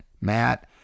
Matt